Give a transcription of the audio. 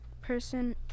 person